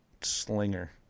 Slinger